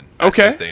Okay